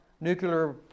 nuclear